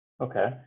okay